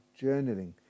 journaling